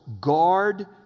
guard